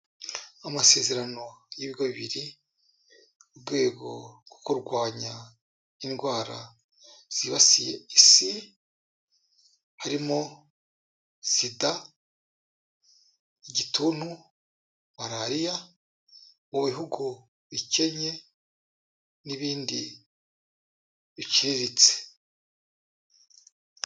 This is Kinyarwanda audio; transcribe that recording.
Amasezerano y'ibigo bibiri mu rwego rwo kurwanya indwara zibasiye isi, harimo Sida, igituntu, malariya, mu bihugu bikennye n'ibindi biciriritse.